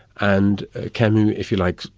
and camus, if you like,